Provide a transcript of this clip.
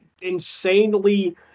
insanely